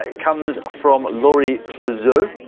ah comes from laurie clozeau,